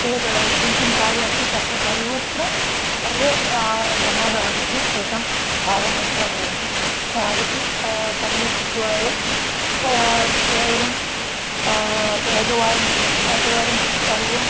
ते त किं किं कार्यम् अस्ति तत्र सर्वत्र सर्वे जनाः आगत्य तेषां भागम् अत्र कुर्वन्ति ता आगत्य सम्यक् कृत्वा एव केवलम् एकवारम् एकवारं सर्वम्